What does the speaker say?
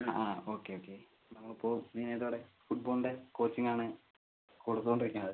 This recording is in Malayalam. ആ ആ ഓക്കെ ഓക്കെ ഞങ്ങൾ ഇപ്പോൾ മിനിഞ്ഞാന്നത്തോടെ ഫുട്ബോളിൻ്റെ കോച്ചിങ്ങ് ആണ് കൊടുത്തുകൊണ്ടിരിക്കുന്നത്